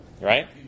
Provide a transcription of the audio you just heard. right